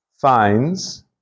finds